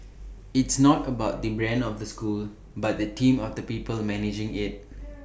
it's not about the brand of the school but the team of the people managing IT